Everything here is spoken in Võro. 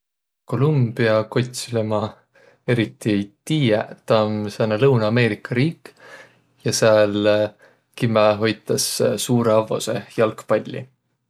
Kolumbia kotsilõ ma eriti ei tiiäq. Taa om sääne Lõuna-Ameerika riik ja sääl kimmähe hoitas suurõ avvo seeh jalgpalli.